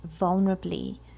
vulnerably